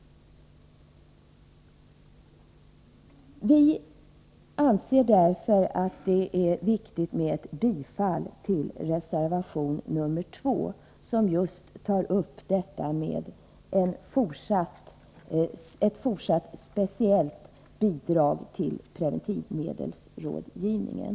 Vi anser därför att det är viktigt med ett bifall till reservation 2, som just tar upp frågan om ett fortsatt speciellt bidrag till preventivmedelsrådgivningen.